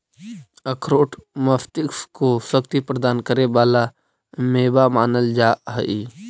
अखरोट मस्तिष्क को शक्ति प्रदान करे वाला मेवा मानल जा हई